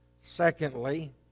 Secondly